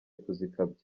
kuzikabya